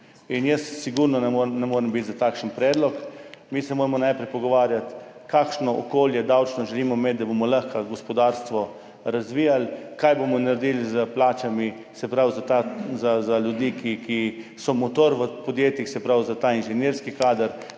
in jaz sigurno ne morem biti za takšen predlog. Mi se moramo najprej pogovarjati, kakšno davčno okolje želimo imeti, da bomo lahko gospodarstvo razvijali, kaj bomo naredili s plačami ljudi, ki so motor v podjetjih, se pravi ta inženirski kader.